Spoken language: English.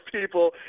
people